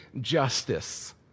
justice